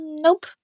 Nope